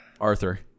Arthur